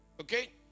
Okay